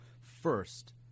first